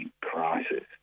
crisis